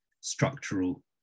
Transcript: structural